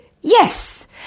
yes